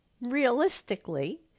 Realistically